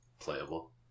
playable